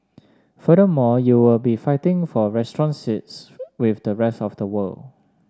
furthermore you will be fighting for restaurant seats with the rest of the world